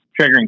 triggering